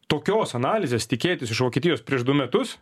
tokios analizės tikėtis iš vokietijos prieš du metus